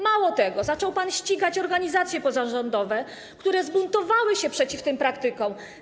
Mało tego, zaczął pan ścigać organizacje pozarządowe, które zbuntowały się przeciw tym praktykom.